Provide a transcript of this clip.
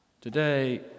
Today